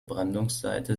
brandungsseite